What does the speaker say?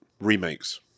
remakes